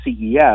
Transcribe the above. CES